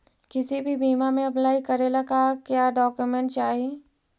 किसी भी बीमा में अप्लाई करे ला का क्या डॉक्यूमेंट चाही?